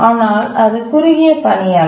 ஆனால் அது குறுகிய பணி அல்ல